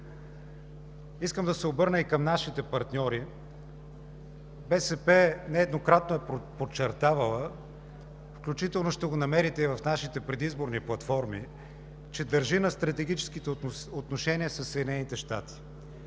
Искам да се обърна и към нашите партньори – БСП нееднократно е подчертавала, включително ще го намерите и в нашите предизборни платформи, че държи на стратегическите отношения със Съединените щати.